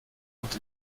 und